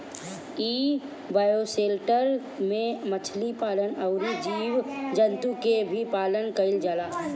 इ बायोशेल्टर में मछली पालन अउरी जीव जंतु के भी पालन कईल जाला